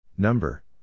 Number